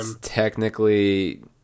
technically